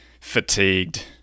Fatigued